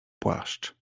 płaszcz